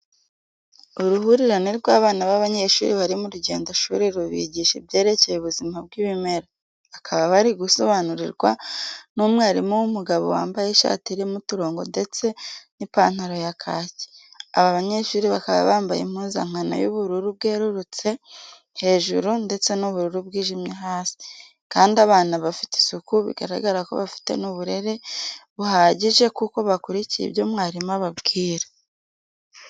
Uruhurire rw'abana b'abanyeshuri bari m'urugendoshuri rubigisha ibyerekeye ubuzima bw'ibimera, bakaba bari gusobanurirwa n'umwarimu w'umugabo wambaye ishati irimo uturongo ndetse nipantaro ya kacyi, aba banyeshuri bakaba bambaye impuzankano y'ubururu bwerurutse hejuru ndetse n'ubururu bwijimye hasi kandi abana bafite isuku bigaragara ko bafite n'uburere buhagije kuko bakurikiye ibyo mwarimu ababwira.